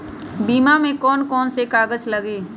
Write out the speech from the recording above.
बीमा में कौन कौन से कागज लगी?